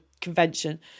convention